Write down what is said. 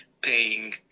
paying